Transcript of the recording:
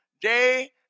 day